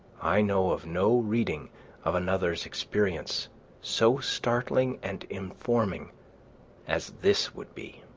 i know of no reading of another's experience so startling and informing as this would be.